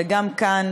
וגם כאן,